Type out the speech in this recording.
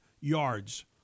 yards